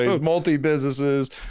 multi-businesses